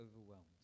overwhelmed